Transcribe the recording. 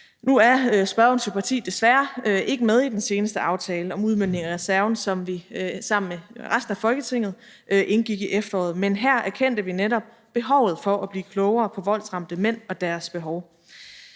Nu er spørgerens parti desværre ikke med i den seneste aftale om udmøntningen af reserven, som vi sammen med resten af Folketinget indgik i efteråret, men her erkendte vi netop behovet for at blive klogere på voldsramte mænd og deres behov.